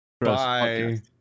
Bye